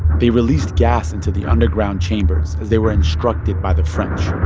they released gas into the underground chambers, as they were instructed by the french.